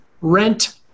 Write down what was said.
rent